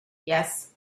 yes